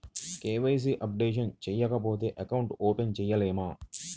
KYC updation చేయకపోతే account open చేయలేమా?